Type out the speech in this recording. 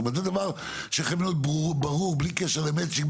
זה דבר שצריך להיות ברור בלי קשר למצ'ינג,